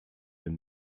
den